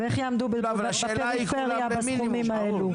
ואיך יעמדו בפריפריה בסכומים האלה?